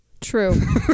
True